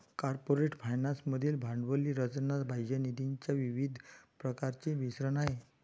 corporate finance मधील भांडवली रचना बाह्य निधीच्या विविध प्रकारांचे मिश्रण आहे